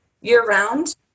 year-round